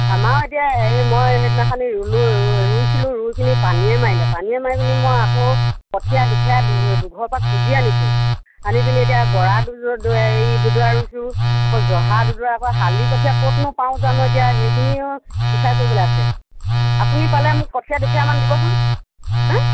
আমাৰো এতিয়া এই মই সেইদিনাখনি ৰুলোঁ ৰু ৰুইছিলোঁ ৰুই পিনি পানীয়ে মাৰিলে পানীয়ে মাৰি পিনি মই আকৌ কঠীয়া দুফেৰা দু দুঘৰৰ পৰা খুজি আনিছোঁ আনি পিনে এতিয়া বৰা দুই হেৰি দুডৰা ৰুইছোঁ আকৌ জহা দুডৰা আকৌ শালি কঠিয়া ক'তনো পাওঁ জানো এতিয়া সেইখিনিও বিচাৰ কৰিবলৈ আছে আপুনি পালে মোক কঠীয়া দুখিলামান দিবচোন হা